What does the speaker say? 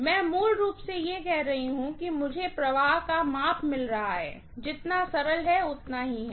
मैं मूल रूप से कह रही हूँ कि मुझे फ्लक्स का माप मिल रहा है जितना सरल है उतना ही है